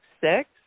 six